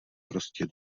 prostě